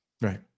Right